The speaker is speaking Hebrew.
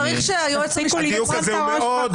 צריך שהיועץ המשפטי --- הדיוק הזה הוא מאוד מאוד מאוד,